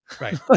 right